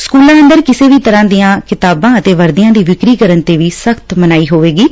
ਸਕੁਲਾਂ ਅੰਦਰ ਕਿਸੇ ਵੀ ਤਰ੍ਪਾਂ ਦੀਆਂ ਕਿਤਾਬਾਂ ਅਤੇ ਵਰਦੀਆਂ ਦ ਵਿਕਰੀ ਕਰਨ ਤੇ ਵੀ ਸਖਤ ਮਨਾਹੀ ਹੋਵੇਗੀ